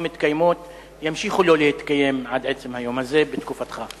מתקיימות עד עצם היום הזה ימשיכו לא להתקיים בתקופתך?